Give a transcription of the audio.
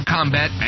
Combat